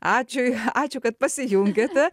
ačiū ačiū kad pasijungėte